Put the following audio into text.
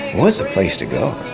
was the place to go?